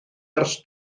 ers